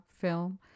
film